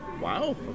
Wow